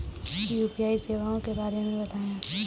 UPI सेवाओं के बारे में बताएँ?